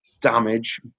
damage